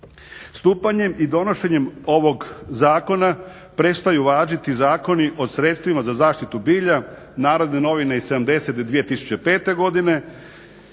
Stupanjem i donošenjem ovog zakona prestaju važiti zakoni o sredstvima za zaštitu bilja, NN 70/2005. godine